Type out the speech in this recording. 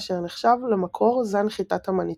אשר נחשב למקור זן חיטת המניטובה.